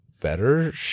better